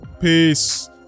Peace